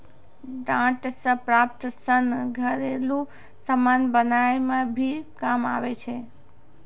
डांट से प्राप्त सन घरेलु समान बनाय मे भी काम आबै छै